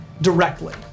Directly